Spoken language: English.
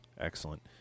Excellent